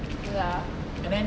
ya